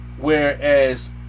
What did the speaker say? Whereas